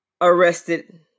arrested